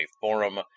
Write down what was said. forum